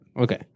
Okay